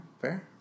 Fair